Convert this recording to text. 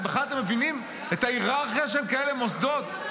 בכלל, אתם מבינים את ההיררכיה של כאלה מוסדות?